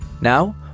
Now